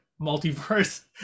multiverse